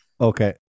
okay